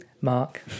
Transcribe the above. Mark